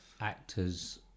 actors